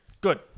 Good